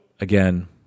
again